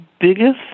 biggest